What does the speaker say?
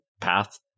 path